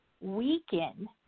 weaken